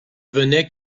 venait